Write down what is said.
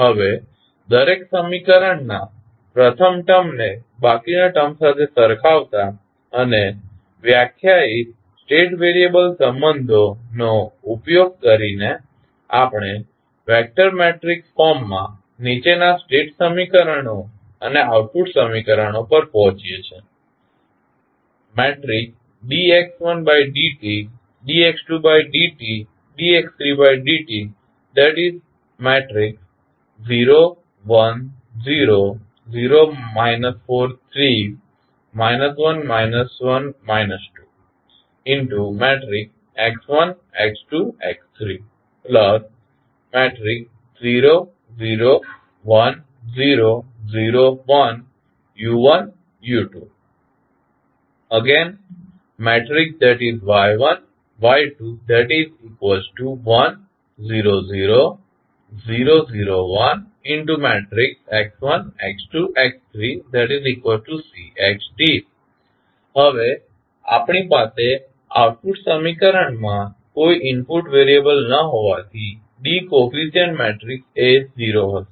હવે દરેક સમીકરણોના પ્રથમ ટર્મ ને બાકીના ટર્મસ સાથે સરખાવતા અને વ્યાખ્યાયિત સ્ટેટ વેરિયેબલ સંબંધો નો ઉપયોગ કરીને આપણે વેક્ટર મેટ્રિક્સ ફોર્મ માં નીચેના સ્ટેટ સમીકરણો અને આઉટપુટ સમીકરણો પર પહોંચીએ છીએ હવે આપણી પાસે આઉટપુટ સમીકરણમાં કોઈ ઇનપુટ વેરીયબલ ન હોવાથી D કોફીશિયન્ટ મેટ્રિક્સ એ 0 હશે